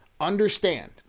Understand